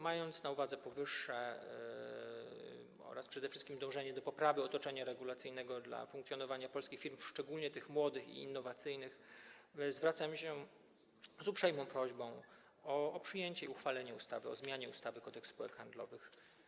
Mając na uwadze powyższe oraz przede wszystkim dążenie do poprawy otoczenia regulacyjnego dla funkcjonowania polskich firm, szczególnie tych młodych i innowacyjnych, zwracamy się z uprzejmą prośbą o uchwalenie ustawy o zmianie ustawy Kodeks spółek handlowych.